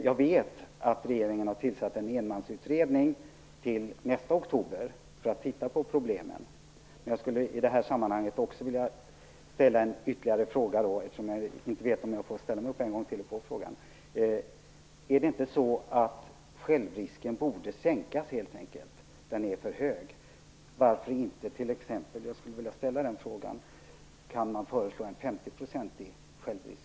Jag vet att regeringen har tillsatt en enmansutredning, som fram till oktober nästa år skall titta närmare på problemen. Jag vill i detta sammanhang ställa ytterligare en fråga. Är det inte så, att självrisken helt enkelt borde sänkas? Den är för hög. Varför kan man inte föreslå 50 % i självrisk?